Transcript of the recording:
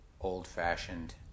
old-fashioned